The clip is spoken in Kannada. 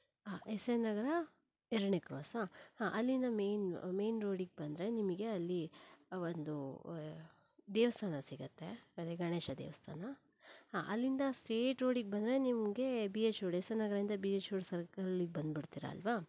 ಹಾ ಎಸ್ ಎನ್ ನಗರ ಎರಡನೇ ಕ್ರಾಸಾ ಹಾ ಅಲ್ಲಿಂದ ಮೇನ್ ಮೇನ್ ರೋಡಿಗೆ ಬಂದರೆ ನಿಮಗೆ ಅಲ್ಲಿ ಒಂದು ದೇವಸ್ಥಾನ ಸಿಗತ್ತೆ ಅದೇ ಗಣೇಶ ದೇವಸ್ಥಾನ ಹಾ ಅಲ್ಲಿಂದ ಸ್ಟ್ರೇಟ್ ರೋಡಿಗೆ ಬಂದರೆ ನಿಮಗೆ B H road S N ನಗರಿಂದ ಬಿ ಹೆಚ್ ರೋಡ್ ಸರ್ಕಲ್ಲಿಗೆ ಬಂದ್ಬಿಡ್ತೀರಾ ಅಲ್ವ